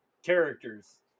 characters